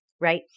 right